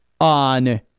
on